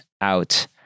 out